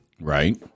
Right